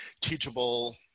teachable